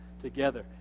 together